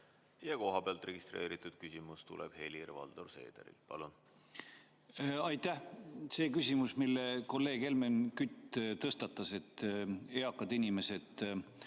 Ja kohapealt registreeritud küsimus tuleb Helir-Valdor Seederilt. Palun! Aitäh! See küsimus, mille kolleeg Helmen Kütt tõstatas, et eakad inimesed